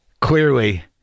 Clearly